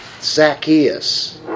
Zacchaeus